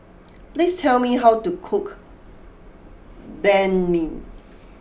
please tell me how to cook Banh Mi